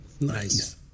Nice